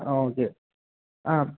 ആ ഓക്കേ ആ